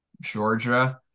Georgia